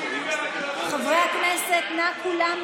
חברי הכנסת כולם,